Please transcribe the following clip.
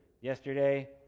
Yesterday